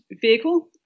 vehicle